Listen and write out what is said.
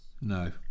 No